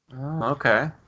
Okay